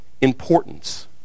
importance